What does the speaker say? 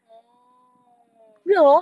orh